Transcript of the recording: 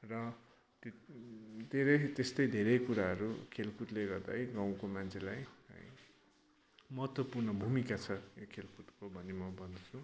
र त्यही त्यस्तै धेरै कुराहरू खेलकुदले गर्दा है गाँउको मान्छेलाई है महत्वपूर्ण भूमिका छ यो खेलकुदको भनि म भन्छु